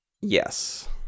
Yes